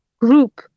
group